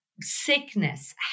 sickness